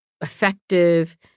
effective